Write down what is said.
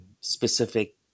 specific